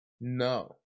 No